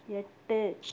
எட்டு